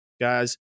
guys